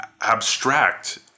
abstract